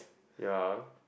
ya